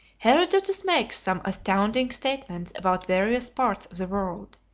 herodotus makes some astounding statements about various parts of the world.